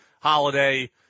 Holiday